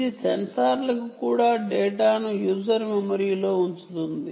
ఈ సెన్సార్లు డేటాను చదివి యూజర్ మెమరీలో ఉంచుతాయి